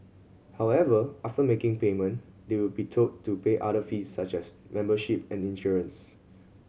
however after making payment they would be told to pay other fees such as membership and insurance